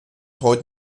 heute